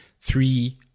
three